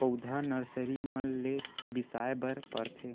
पउधा नरसरी मन ले बिसाय बर परथे